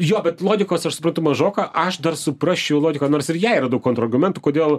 jo bet logikos ir aš suprantu mažoka aš dar suprasčiau logiką nors ir jai radau kontrargumentų kodėl